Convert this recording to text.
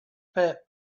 pet